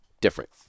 different